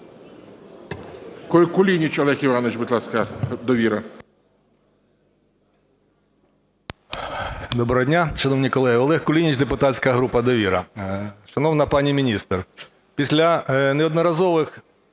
Доброго дня, шановні колеги! Олег Кулініч, депутатська група "Довіра". Шановна пані міністр, після неодноразових